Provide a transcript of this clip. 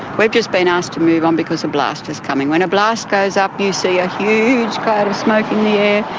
we've just been asked to move on because a blast is coming. when a blast goes up you see a huge cloud of smoke in the air,